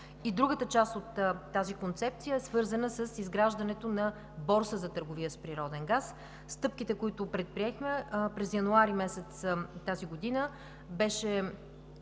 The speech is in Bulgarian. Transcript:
Другата част от тази концепция е свързана с изграждането на борса за търговия с природен газ. Стъпките, които предприехме – през месец януари тази година – беше